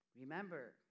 Remember